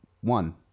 One